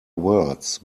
words